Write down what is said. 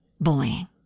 bullying